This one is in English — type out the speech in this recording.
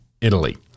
Italy